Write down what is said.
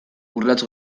urrats